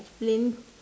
explain